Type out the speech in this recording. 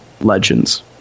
legends